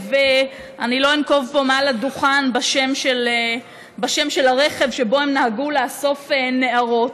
ואני לא אנקוב פה מעל הדוכן בשם של הרכב שבו הם נהגו לאסוף נערות,